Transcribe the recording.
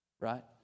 Right